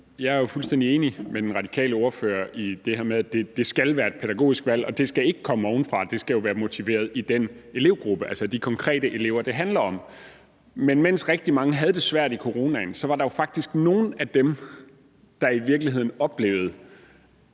Jeg er jo fuldstændig enig med den radikale ordfører i det her med, at det skal være et pædagogisk valg, og at det ikke skal komme ovenfra; det skal jo være motiveret i den elevgruppe, altså i de konkrete elever, det handler om. Men mens rigtig mange havde det svært under coronaen, var der faktisk nogle, der i virkeligheden oplevede